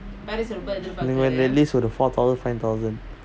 நீங்க:neenka four thousand five thousand